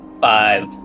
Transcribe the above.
Five